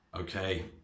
Okay